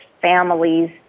families